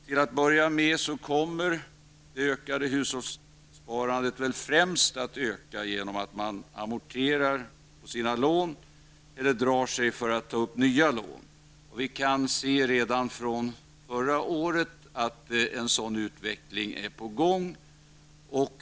Till att börja med kommer hushållssparandet främst att öka genom att man amorterar på sina lån eller drar sig för att ta upp nya lån. Vi kunde redan under förra året se att en sådan utveckling är på gång.